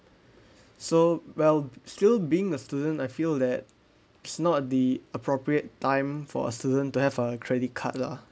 so well still being a student I feel that it's not the appropriate time for a student to have a credit card lah